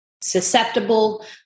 susceptible